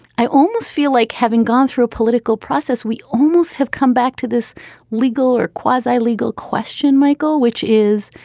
i almost feel like having gone through a political process, we almost have come back to this legal or quasi legal question, michael, which is,